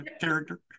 character